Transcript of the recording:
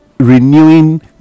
renewing